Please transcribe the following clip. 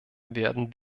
werden